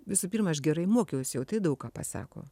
visų pirma aš gerai mokiausi o tai daug ką pasako